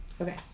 Okay